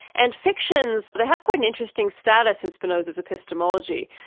and fictions, they have quite an interesting status in spinoza's epistemology.